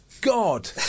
God